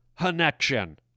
Connection